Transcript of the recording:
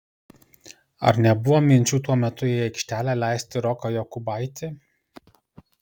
ar nebuvo minčių tuo metu į aikštelę leisti roką jokubaitį